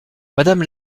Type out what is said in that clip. madame